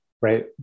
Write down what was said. right